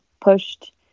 pushed